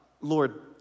Lord